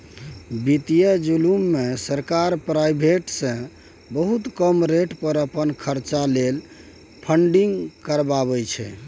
बित्तीय जुलुम मे सरकार प्राइबेट सँ बहुत कम रेट पर अपन खरचा लेल फंडिंग करबाबै छै